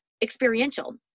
experiential